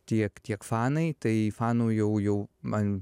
tiek tiek fanai tai fanų jau jau man